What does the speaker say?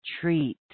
treat